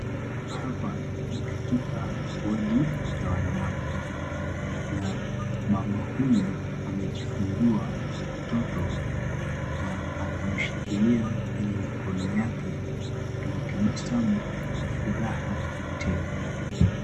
Hapa ni katika wodi ya wanawake na mama huyu amejifungua mtoto na akamshikilia kwenye mikono yake. Anatabasamu kwa furaha tele.